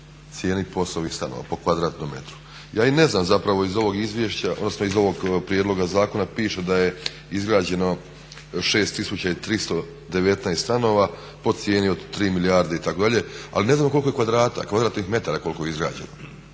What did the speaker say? cijeni POS-ovih stanova po kvadratnom metru. Ja i ne znam zapravo iz ovog izvješća, odnosno iz ovog prijedloga zakona piše da je izgrađeno 6319 stanova po cijeni od 3 milijarde itd. Ali ne znam koliko je kvadrata, kvadratnih metara koliko je izgrađeno.